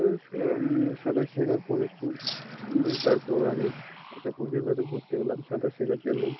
সাঁতার শেখার পরে খুব তারপর আমি একটা কোচের কাছে ভর্তি হলাম সাঁতার শেখার জন্য